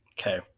Okay